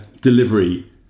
delivery